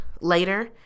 later